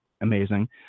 amazing